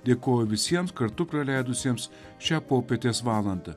dėkoju visiems kartu praleidusiems šią popietės valandą